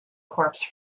corpse